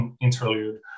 interlude